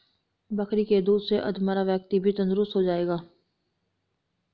बकरी के दूध से अधमरा व्यक्ति भी तंदुरुस्त हो जाएगा